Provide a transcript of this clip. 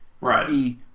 Right